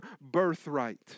birthright